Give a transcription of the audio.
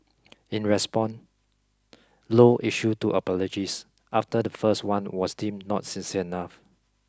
in response Low issued two apologies after the first one was deemed not sincere enough